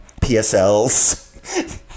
PSLs